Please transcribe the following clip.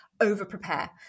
over-prepare